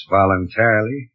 voluntarily